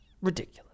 Ridiculous